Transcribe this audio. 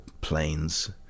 planes